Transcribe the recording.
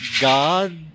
God